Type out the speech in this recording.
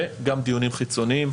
וגם דיונים חיצוניים,